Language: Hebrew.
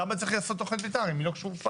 למה צריך לעשות תכנית מתאר אם היא לא קשורה?